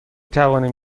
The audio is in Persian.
توانم